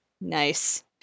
nice